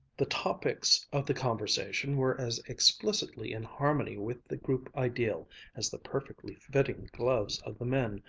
the topics of the conversation were as explicitly in harmony with the group-ideal as the perfectly fitting gloves of the men,